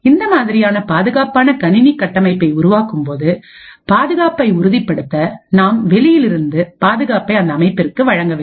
இந்த மாதிரியான பாதுகாப்பான கணினி கட்டமைப்பு உருவாக்கும்போது பாதுகாப்பை உறுதிப்படுத்த நாம் வெளியிலிருந்து பாதுகாப்பை அந்த அமைப்பிற்கு வழங்க வேண்டும்